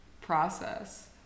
process